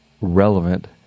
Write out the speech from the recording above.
relevant